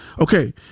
Okay